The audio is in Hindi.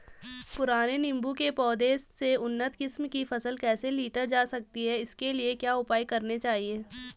पुराने नीबूं के पौधें से उन्नत किस्म की फसल कैसे लीटर जा सकती है इसके लिए क्या उपाय करने चाहिए?